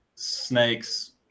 snakes